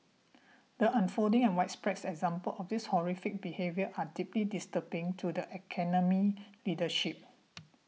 the unfolding and widespread examples of this horrific behaviour are deeply disturbing to the Academy's leadership